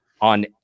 on